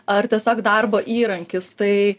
ar tiesiog darbo įrankis tai